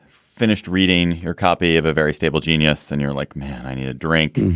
finished reading your copy of a very stable genius and you're like, man, i need a drink.